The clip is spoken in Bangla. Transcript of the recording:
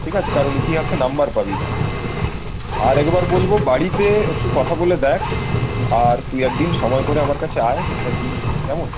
ঠিক আছে কারণ ইতিহাসে নম্বর পাবি না আর একবার বলব বাড়িতে একটু কথা বলে দেখ আর তুই এক দিন সময় করে আমার কাছে আয় এক দিন কেমন